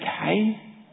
okay